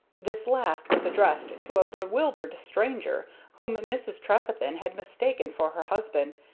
this last was addressed to a bewildered stranger whom mrs. trefethen had mistaken for her husband,